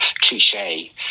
cliche